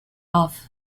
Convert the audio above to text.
off